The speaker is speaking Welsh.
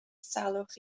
salwch